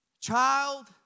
child